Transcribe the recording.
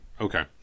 Okay